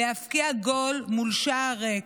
להבקיע גול מול שער ריק,